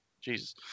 Jesus